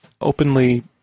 openly